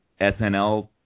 SNL